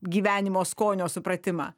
gyvenimo skonio supratimą